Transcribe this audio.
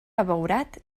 abeurat